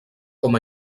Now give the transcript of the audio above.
com